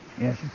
Yes